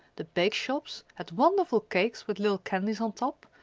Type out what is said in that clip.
the bake shops had wonderful cakes with little candies on top,